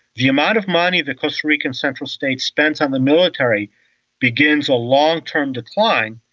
the amount of money that costa rican central state spends on the military begins a long-term decline,